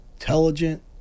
intelligent